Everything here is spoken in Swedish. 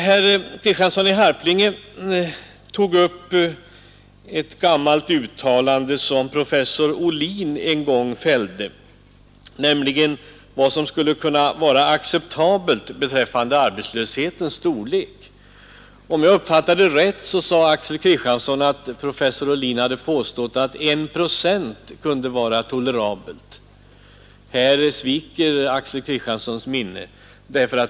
Herr Kristiansson i Harplinge tog upp ett gammalt uttalande, som professor Ohlin en gång fällde om vad som skulle vara acceptabelt beträffande arbetslöshetens storlek. Om jag uppfattade rätt sade Axel Kristiansson att professor Ohlin hade påstått att 1 procent skulle vara tolerabelt. Här sviker Axel Kristianssons minne honom.